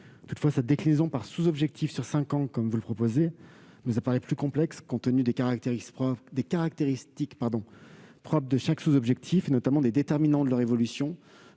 Toutefois, sa déclinaison par sous-objectifs sur cinq ans, comme vous le proposez, nous apparaît plus complexe compte tenu des caractéristiques propres de chaque sous-objectif, notamment des déterminants de leur évolution.